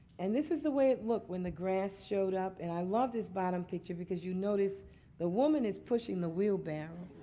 and this is the way it look when the grass showed up. and i love this bottom picture because you notice the woman is pushing the wheelbarrow,